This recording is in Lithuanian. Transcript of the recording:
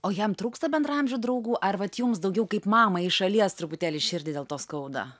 o jam trūksta bendraamžių draugų ar vat jums daugiau kaip mamai į šalies truputėlį širdį dėl to skauda